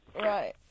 Right